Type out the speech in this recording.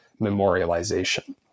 memorialization